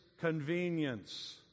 Convenience